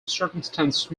circumstance